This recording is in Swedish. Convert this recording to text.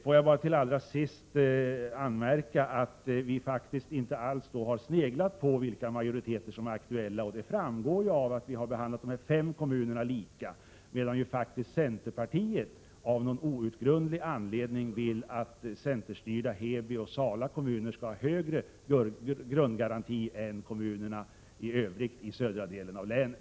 Får jag bara allra sist understryka att vi faktiskt inte alls har sneglat på vilka majoriteter som är aktuella. Det framgår av att vi behandlat de här fem kommunerna lika, medan centerpartiet av någon outgrundlig anledning faktiskt vill att de centerstyrda kommunerna Heby och Sala skall ha högre grundgaranti än övriga kommuner inom södra delen av det ifrågavarande länet.